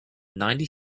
ninety